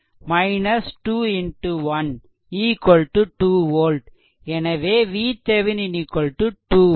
எனவே VThevenin 2 volt